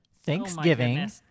Thanksgiving